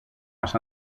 μας